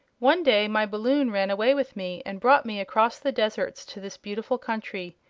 one day my balloon ran away with me and brought me across the deserts to this beautiful country.